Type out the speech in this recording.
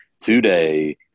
today